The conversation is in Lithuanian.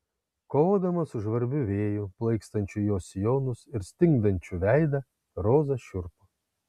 kovodama su žvarbiu vėju plaikstančiu jos sijonus ir stingdančiu veidą roza šiurpo